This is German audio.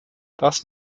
das